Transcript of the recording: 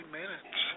minutes